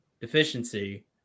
deficiency